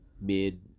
mid